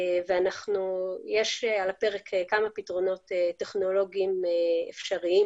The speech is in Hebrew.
ויש על הפרק כמה פתרונות טכנולוגיים אפשריים